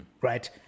Right